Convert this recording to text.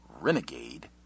Renegade